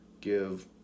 give